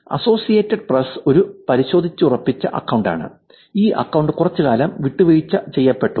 associated Press ഒരു പരിശോധിച്ചുറപ്പിച്ച അക്കൌണ്ടാണ് ഈ അക്കൌണ്ട് കുറച്ചുകാലം വിട്ടുവീഴ്ച ചെയ്യപ്പെട്ടു